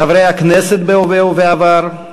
חברי הכנסת בהווה ובעבר,